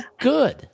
good